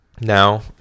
now